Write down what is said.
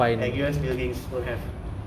N_U_S buildings don't have